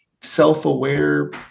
self-aware